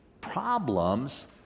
problems